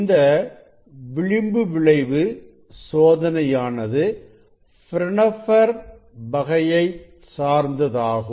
இந்த விளிம்பு விளைவு சோதனையானது பிரான்ஹோபெர் வகையைச் சார்ந்ததாகும்